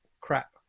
crap